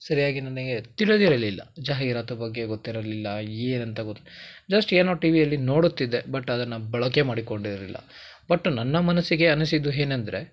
ಸರಿಯಾಗಿ ನನಗೆ ತಿಳಿದಿರಲಿಲ್ಲ ಜಾಹೀರಾತು ಬಗ್ಗೆ ಗೊತ್ತಿರಲಿಲ್ಲ ಏನು ಅಂತ ಗೊತ್ ಜಸ್ಟ್ ಏನೋ ಟಿ ವಿಯಲ್ಲಿ ನೋಡುತ್ತಿದ್ದೆ ಬಟ್ ಅದನ್ನು ಬಳಕೆ ಮಾಡಿಕೊಂಡಿರಲಿಲ್ಲ ಬಟ್ ನನ್ನ ಮನಸ್ಸಿಗೆ ಅನಿಸಿದ್ದು ಏನಂದ್ರೆ